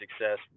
success